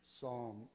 psalm